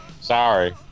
Sorry